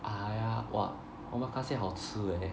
ah ya !wah! omakase 好吃 leh